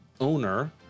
owner